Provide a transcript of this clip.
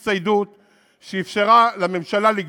אתה הצגת כאן את המחאה.